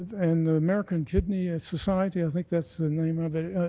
and the american kidney ah society, i think that's the name of it,